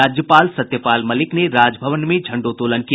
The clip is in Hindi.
राज्यपाल सत्यपाल मलिक ने राजभवन में झंडोतोलन किया